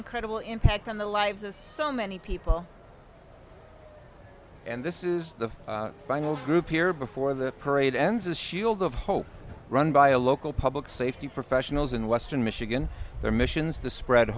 incredible impact on the lives of so many people and this is the final group here before the parade ends a shield of hope run by a local public safety professionals in western michigan their missions to spread